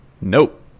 Nope